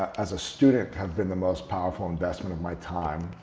as a student, have been the most powerful investment of my time.